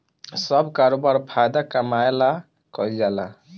सब करोबार फायदा कमाए ला कईल जाल